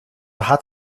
hat